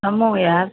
हमहुँ आएब